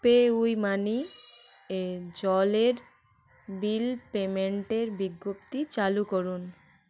পেউইমানি এ জলের বিল পেমেন্টের বিজ্ঞপ্তি চালু করুন